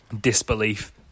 disbelief